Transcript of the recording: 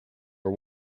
are